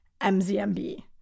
MZMB